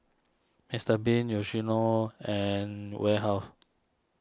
Mister Bean Yoshino and Warehouse